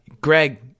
Greg